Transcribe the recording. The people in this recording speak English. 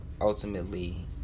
ultimately